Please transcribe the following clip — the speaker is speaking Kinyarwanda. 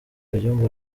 kayumba